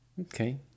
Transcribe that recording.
Okay